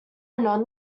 non